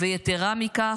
יתרה מכך,